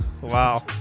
Wow